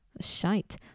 shite